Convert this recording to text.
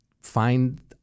find